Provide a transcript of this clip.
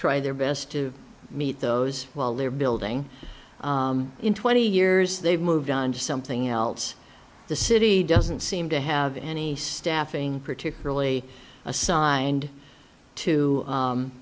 try their best to meet those while they're building in twenty years they've moved on to something else the city doesn't seem to have any staffing particularly assigned to